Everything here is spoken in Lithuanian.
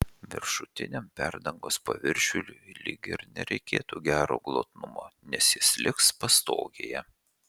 viršutiniam perdangos paviršiui lyg ir nereikėtų gero glotnumo nes jis liks pastogėje